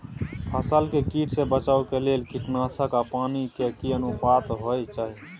फसल के कीट से बचाव के लेल कीटनासक आ पानी के की अनुपात होय चाही?